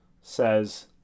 says